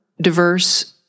diverse